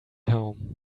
home